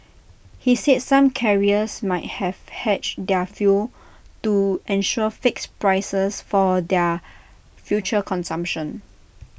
he said some carriers might have hedged their fuel to ensure fixed prices for their future consumption